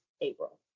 April